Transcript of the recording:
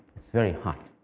was very hot.